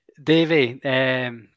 Davy